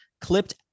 clipped